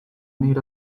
need